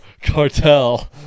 Cartel